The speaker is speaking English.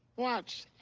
watch.